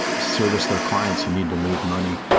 service their clients who need to move money.